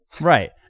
Right